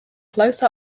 close